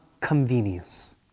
convenience